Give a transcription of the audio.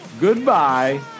Goodbye